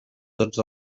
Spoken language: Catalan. tots